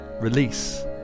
Release